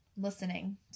listening